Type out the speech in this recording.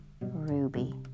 Ruby